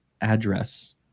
address